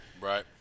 Right